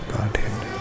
Godhead